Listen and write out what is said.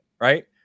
right